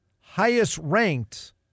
highest-ranked